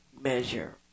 measure